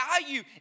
value